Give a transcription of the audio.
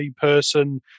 person